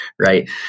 right